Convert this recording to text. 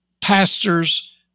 pastors